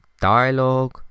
dialogue